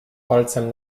palcem